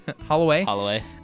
Holloway